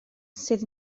sydd